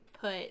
put